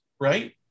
right